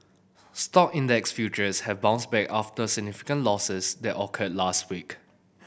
stock index futures have bounced back after significant losses that occurred last week